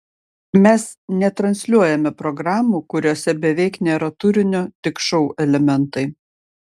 mes netransliuojame programų kuriose beveik nėra turinio tik šou elementai